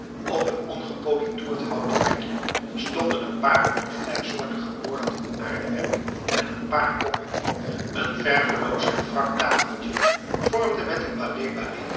op een ongepolitoerd houten rekje stonden n paar ongelijksoortige borden van aardewerk en een paar kommen een verveloos en wrak tafeltje vormde met een